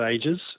ages